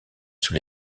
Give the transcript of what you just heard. sur